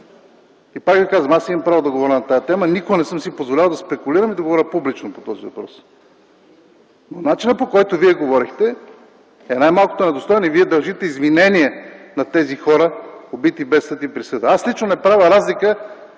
Пак ви казвам: имам право да говоря по тази тема, но никога не съм си позволявал да спекулирам и да говоря публично по този въпрос. Начинът, по който Вие говорихте обаче, е най-малкото недостоен. Вие дължите извинение на тези хора, убити без съд и присъда. Лично аз не правя разлика